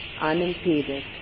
unimpeded